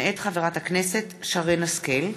מאת חברת הכנסת שרן השכל,